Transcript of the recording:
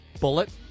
Bullet